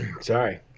Sorry